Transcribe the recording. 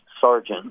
sergeant